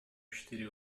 иштери